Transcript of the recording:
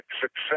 success